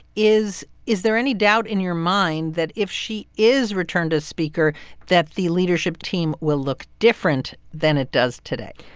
is is there any doubt in your mind that if she is returned as speaker that the leadership team will look different than it does today?